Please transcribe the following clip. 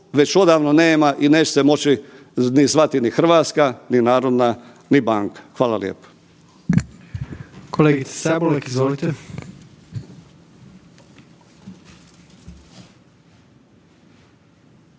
već odavno nema i neće se moći ni zvati ni hrvatska ni narodna ni banka. Hvala lijepo. **Jandroković,